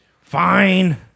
Fine